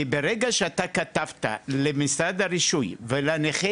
כי ברגע שאתה כתבת למשרד הרישוי ולנכה